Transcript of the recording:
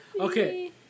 Okay